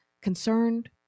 concerned